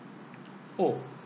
oh